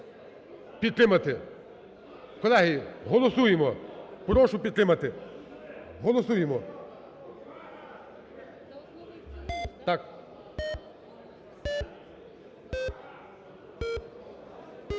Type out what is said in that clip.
Колеги, голосуємо! Прошу підтримати. Голосуємо!